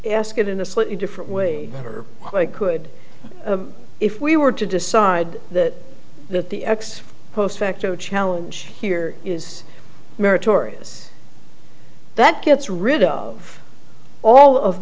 ask it in a slightly different way or i could if we were to decide that that the ex post facto challenge here is meritorious that gets rid of all of